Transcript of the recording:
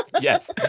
Yes